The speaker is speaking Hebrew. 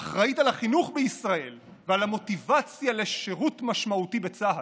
אחראית על החינוך בישראל ועל המוטיבציה לשירות משמעותי בצה"ל?